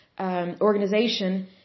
organization